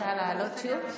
רוצה לעלות שוב?